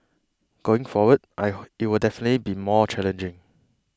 going forward it will definitely be more challenging